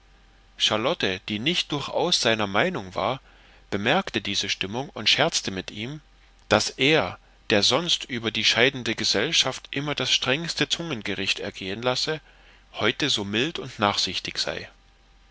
charlotte die nicht durchaus seiner meinung war bemerkte diese stimmung und scherzte mit ihm daß er der sonst über die scheidende gesellschaft immer das strengste zungengericht er gehen lasse heute so mild und nachsichtig sei